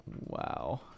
Wow